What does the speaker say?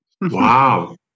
Wow